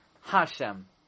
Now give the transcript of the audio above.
Hashem